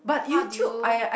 how do you